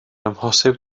amhosib